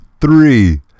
three